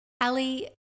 Ali